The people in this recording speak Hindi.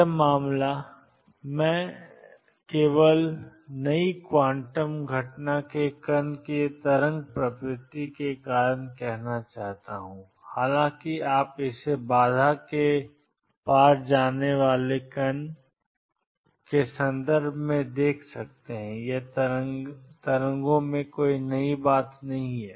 यह मामला मैं केवल नई क्वांटम घटना में कण की तरंग प्रकृति के कारण कहना चाहता हूं हालांकि आप इसे बाधा के पार जाने वाले कण के संदर्भ में देख रहे हैं यह तरंगों में कोई नई बात नहीं है